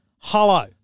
Hello